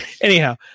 anyhow